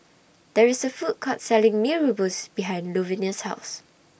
There IS A Food Court Selling Mee Rebus behind Luvenia's House